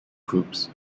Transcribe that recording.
groups